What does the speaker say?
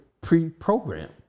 pre-programmed